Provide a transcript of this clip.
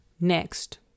Next